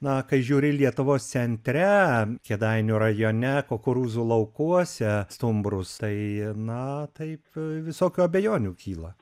na kai žiūri lietuvos centre kėdainių rajone kukurūzų laukuose stumbrus tai na taip visokių abejonių kyla